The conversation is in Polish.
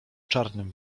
czarnym